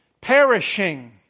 perishing